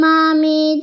Mommy